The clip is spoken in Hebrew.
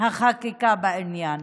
החקיקה בעניין